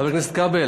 זכויות הילד.